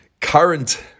current